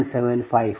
01755 p